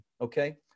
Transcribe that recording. okay